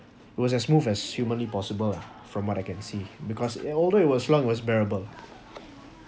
it was as smooth as humanly possible ah from what I can see because although it was long was bearable